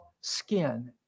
skin